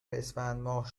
اسفندماه